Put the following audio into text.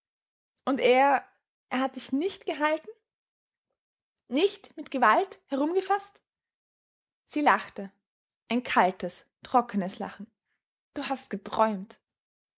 und er er hat dich nicht gehalten nicht mit gewalt herumgefaßt sie lachte ein kaltes trockenes lachen du hast geträumt